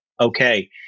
okay